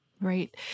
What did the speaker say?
right